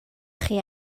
chi